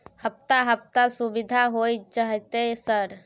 हफ्ता हफ्ता सुविधा होय जयते सर?